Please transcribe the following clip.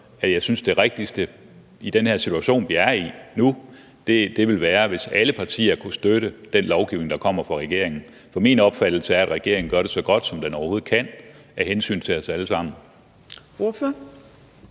jeg synes, at det rigtigste i den her situation, vi er i nu, ville være, hvis alle partier kunne støtte den lovgivning, der kommer fra regeringen. For det er min opfattelse, at regeringen gør det så godt, som den overhovedet kan, af hensyn til os alle sammen.